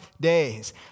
days